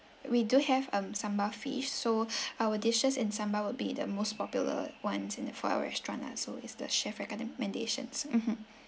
we do have um sambal fish so our dishes in sambal would be the most popular [ones] in it for our restaurant lah so it's the chef recommendations mmhmm